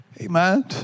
Amen